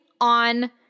on